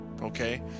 okay